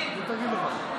היא תגיד לך.